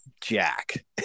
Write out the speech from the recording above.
Jack